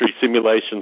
simulations